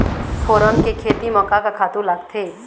फोरन के खेती म का का खातू लागथे?